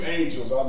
angels